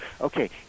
Okay